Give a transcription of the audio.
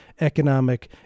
economic